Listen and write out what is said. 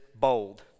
bold